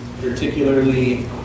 particularly